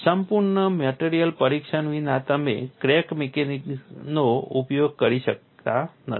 સંપૂર્ણ મટેરીઅલ પરીક્ષણ વિના તમે ફ્રેક્ચર મિકેનિક્સનો ઉપયોગ કરી શકતા નથી